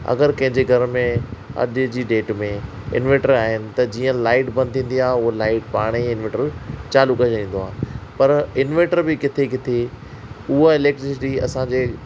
अगरि कंहिंजे घर में अॼ जी डेट में इन्वर्टर आहिनि त जीअं लाइट बंदि थींदी आहे उहा लाइट पाणे ई इन्वर्टर चालू करे छॾंदो आहे पर इन्वर्टर बि किथे किथे उहा इलेक्ट्रिसिटी असांजे